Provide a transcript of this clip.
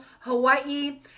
Hawaii